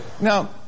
Now